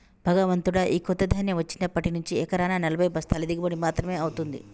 భగవంతుడా, ఈ కొత్త ధాన్యం వచ్చినప్పటి నుంచి ఎకరానా నలభై బస్తాల దిగుబడి మాత్రమే అవుతుంది